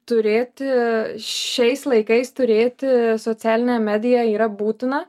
turėti šiais laikais turėti socialinę mediją yra būtina